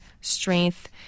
strength